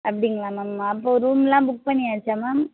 அப்படிங்களா மேம் அப்போது ரூமெலாம் புக் பண்ணியாச்சா மேம்